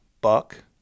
buck